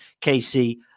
Casey